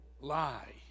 lie